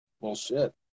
Bullshit